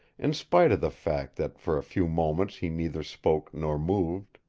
in spite of the fact that for a few moments he neither spoke nor moved.